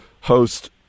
host